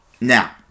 Now